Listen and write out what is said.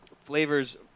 Flavors